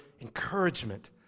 encouragement